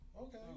okay